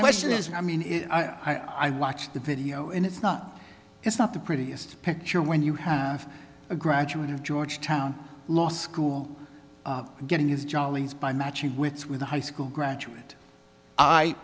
question is i mean i watched the video and it's not it's not the prettiest picture when you have a graduate of georgetown law school getting his jollies by matching wits with a high school graduate i